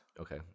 Okay